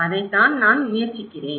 அதைதான் நான் முயற்சிக்கிறேன்